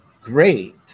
great